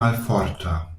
malforta